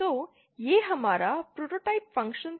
तो यह हमारा प्रोटोटाइप फंक्शन था